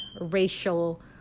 racial